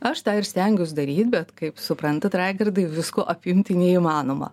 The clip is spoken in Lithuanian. aš tą ir stengiaus daryt bet kaip suprantat raigardai visko apimti neįmanoma